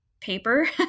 paper